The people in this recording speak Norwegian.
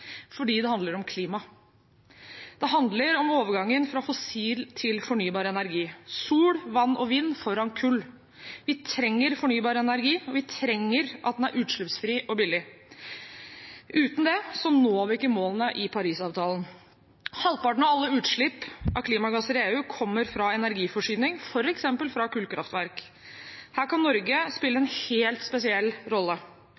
Fordi det handler om klima. Det handler om overgangen fra fossil til fornybar energi: sol, vann og vind foran kull. Vi trenger fornybar energi, og vi trenger at den er utslippsfri og billig. Uten det når vi ikke målene i Parisavtalen. Halvparten av alle utslipp av klimagasser i EU kommer fra energiforsyning, f.eks. fra kullkraftverk. Her kan Norge spille en helt spesiell rolle,